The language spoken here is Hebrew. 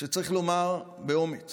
שצריך לומר באומץ